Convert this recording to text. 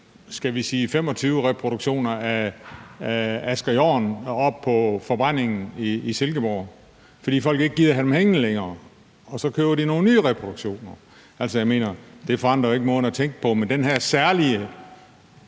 skal vi sige 25 reproduktioner af Asger Jorn oppe på forbrændingen i Silkeborg, fordi folk ikke gider have dem hængende længere, og så køber de nogle nye reproduktioner. Det forandrer jo ikke måden at tænke på. Men den her særlige